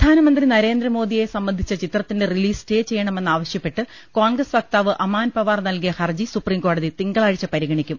പ്രധാനമന്ത്രി നരേന്ദ്രമോദിയെ സംബന്ധിച്ച ചിത്രത്തിന്റെ റിലീസ് സ്റ്റേ ചെയ്യണമെന്നാവശ്യപ്പെട്ട് കോൺഗ്രസ് വക്താവ് അമാൻ പവാർ നൽകിയ ഹർജി സുപ്രീംകോടതി തിങ്കളാഴ്ച പരി ഗണിക്കും